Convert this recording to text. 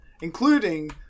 Including